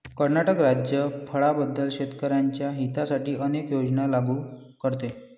कर्नाटक राज्य फळांबद्दल शेतकर्यांच्या हितासाठी अनेक योजना लागू करते